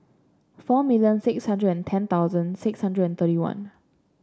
four million six hundred and ten thousand six hundred and thirty one